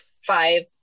five